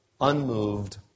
unmoved